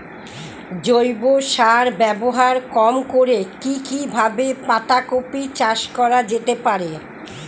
জৈব সার ব্যবহার কম করে কি কিভাবে পাতা কপি চাষ করা যেতে পারে?